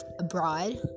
abroad